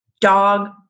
dog